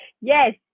Yes